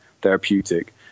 therapeutic